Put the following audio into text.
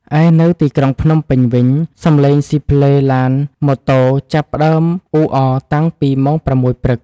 ឯនៅទីក្រុងភ្នំពេញវិញ សំឡេងស៊ីផ្លេឡានម៉ូតូចាប់ផ្តើមអ៊ូអរតាំងពីម៉ោង ៦ ព្រឹក។